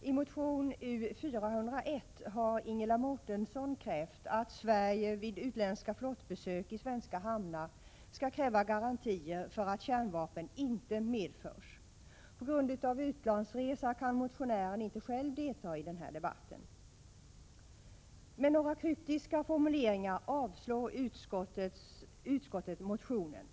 Herr talman! I motion U401 har Ingela Mårtensson krävt att Sverige vid utländska flottbesök i svenska hamnar skall kräva garantier för att kärnvapen inte medförs. På grund av utlandsresa kan motionären inte själv delta i debatten. Med några kryptiska formuleringar avslår utskottet motionen.